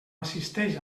assisteix